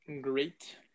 great